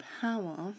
power